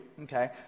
okay